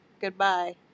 Goodbye